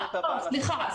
סליחה.